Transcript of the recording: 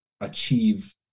achieve